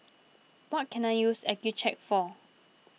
what can I use Accucheck for